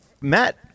Matt –